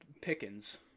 Pickens